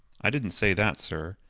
i didn't say that, sir.